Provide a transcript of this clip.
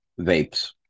vapes